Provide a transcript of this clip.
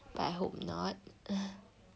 but I hope not